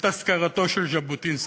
אזכרה לז'בוטינסקי.